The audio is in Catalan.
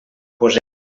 poseu